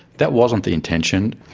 that wasn't the intention.